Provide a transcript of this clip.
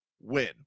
win